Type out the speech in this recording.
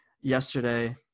yesterday